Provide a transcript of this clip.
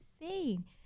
insane